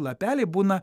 lapeliai būna